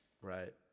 Right